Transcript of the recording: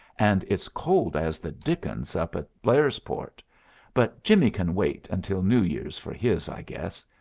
and it's cold as the dickens up at blairsport but jimmie can wait until new year's for his, i guess.